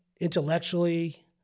intellectually